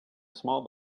small